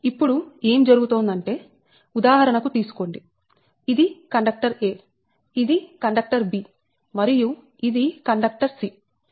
ఇప్పుడు ఏం జరుగుతుందంటే ఉదాహరణకు తీసుకోండి ఇది కండక్టర్ a ఇది కండక్టర్ b మరియు ఇది కండక్టర్ c